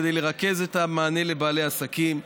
כדי לרכז את המענה לבעלי עסקים,